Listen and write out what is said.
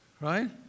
Right